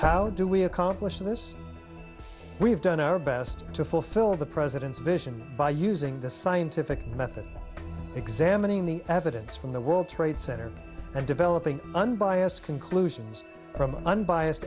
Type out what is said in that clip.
how do we accomplish this we have done our best to fulfill the president's vision by using the scientific method examining the evidence from the world trade center and developing unbiased conclusions from an unbiased